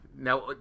Now